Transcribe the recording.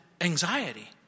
anxiety